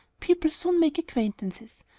people soon make acquaintances,